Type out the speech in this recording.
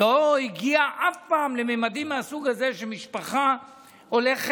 זה לא הגיע אף פעם לממדים מהסוג הזה, שמשפחה הולכת